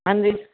ਹਾਂਜੀ